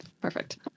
Perfect